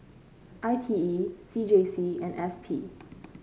I T E C J C and S P